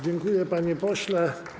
Dziękuję, panie pośle.